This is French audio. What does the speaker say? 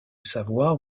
savoir